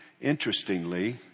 Interestingly